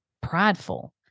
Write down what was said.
prideful